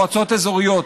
מועצות אזוריות,